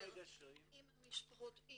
עם המשפחות --- כמה מגשרים?